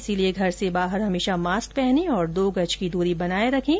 इसीलिए घर से बाहर हमेशा मास्क पहने और दो गज की दूरी बनाए रखें